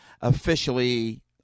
officially